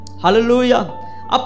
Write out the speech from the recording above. Hallelujah